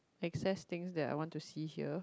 access things that I want to see here